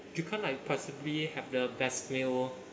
you can't like possibly have the best meal